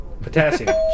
Potassium